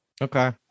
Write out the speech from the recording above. Okay